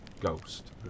ghost